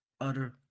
utter